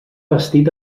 bastit